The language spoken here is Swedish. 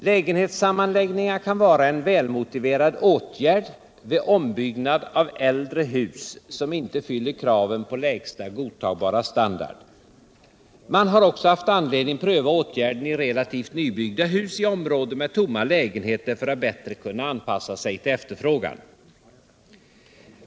Lägenhetssammanläggningar kan vara en välmotiverad åtgärd vid ombyggnad av äldre hus som inte fyller kraven på lägsta godtagbara standard. Man har också haft anledning pröva åtgärden i relativt nybyggda hus i områden med tomma lägenheter för att bättre kunna anpassa sig till efterfrågan.